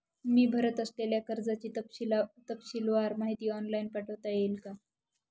मी भरत असलेल्या कर्जाची तपशीलवार माहिती ऑनलाइन पाठवता येईल का?